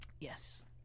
Yes